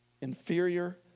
inferior